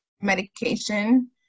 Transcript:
medication